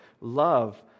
love